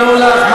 יענו לך,